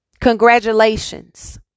Congratulations